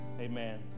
amen